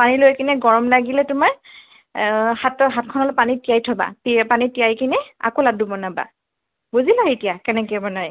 পানী লৈ কেনে গৰম লাগিলে তোমাৰ হাতৰ হাতখন অলপ পানীত তিয়াই থ'বা পানীত তিয়াই কিনে আকৌ লাডু বনাবা বুজিলা এতিয়া কেনেকে বনাই